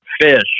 fish